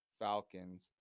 Falcons